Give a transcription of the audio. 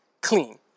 clean